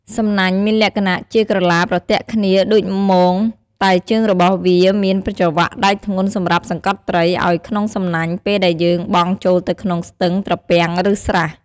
សំណាញ់់មានលក្ខណៈជាក្រឡាប្រទាក់គ្នាដូចមោងតែជើងរបស់វាមានច្រវាក់ដែកធ្ងន់សម្រាប់សង្កត់ត្រីឲ្រក្នុងសំណាញ់ពេលដែលយើងបង់ចូលទៅក្នុងស្ទឹង ត្រពាំង ឬស្រះ។